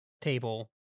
table